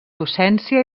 docència